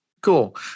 Cool